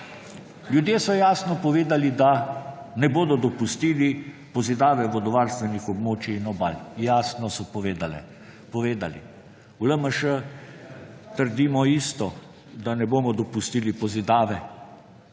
Ljudje so jasno povedali, da ne bodo dopustili pozidave vodovarstvenih območij in obal. Jasno so povedali. V LMŠ trdimo isto, da ne bomo dopustili pozidave.